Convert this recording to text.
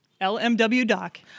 L-M-W-Doc